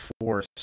force